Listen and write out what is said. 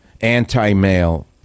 anti-male